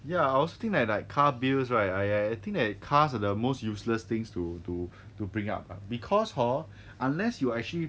ya I also think that like car bills right I I think that cars are the most useless things to to to bring up ah because hor unless you actually